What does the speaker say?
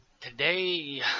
today